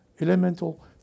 elemental